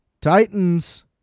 Titans